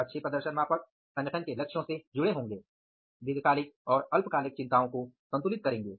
अच्छे प्रदर्शन मापक संगठन के लक्ष्यों से जुड़े होंगे दीर्घकालीक और अल्पकालिक चिंताओं को संतुलित करेंगे